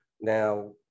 Now